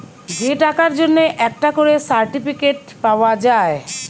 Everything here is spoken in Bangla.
যে টাকার জন্যে একটা করে সার্টিফিকেট পাওয়া যায়